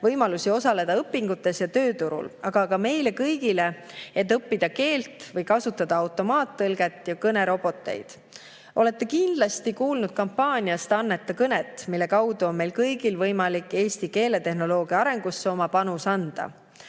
võimalusi osaleda õpingutes ja tööturul, aga ka meile kõigile, et õppida keelt või kasutada automaattõlget ja kõneroboteid. Olete kindlasti kuulnud kampaaniast "Anneta kõnet", mille kaudu on meil kõigil võimalik eesti keeletehnoloogia arengusse oma panus anda.